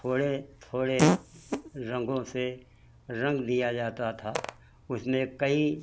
थोड़े थोड़े रंगों से रंग दिया जाता था उसमें कई